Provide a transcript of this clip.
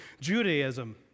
Judaism